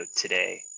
today